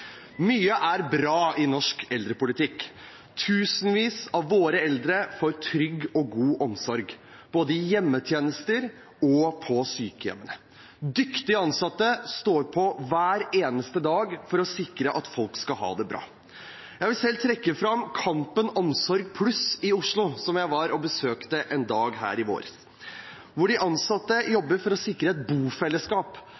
Mye er bra i norsk eldrepolitikk. Tusenvis av våre eldre får trygg og god omsorg, både i hjemmetjenester og på sykehjem. Dyktige ansatte står på hver eneste dag for å sikre at folk skal ha det bra. Jeg vil selv trekke fram Kampen Omsorg+ i Oslo, som jeg besøkte en dag her i vår, hvor de ansatte